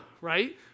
right